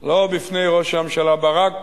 לא בפני ראש הממשלה ברק